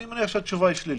אני מניח שהתשובה היא שלילית,